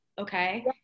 Okay